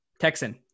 Texan